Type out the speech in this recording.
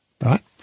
right